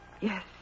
Yes